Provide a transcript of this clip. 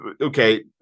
okay